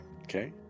Okay